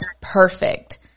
perfect